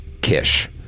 Kish